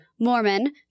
Mormon